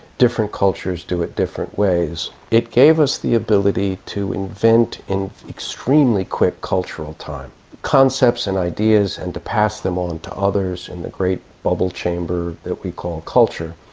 different cultures do it different ways. it gave us the ability to invent in extremely quick cultural time concepts and ideas and to pass them onto others in the great bubble chamber that we call culture.